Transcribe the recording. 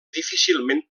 difícilment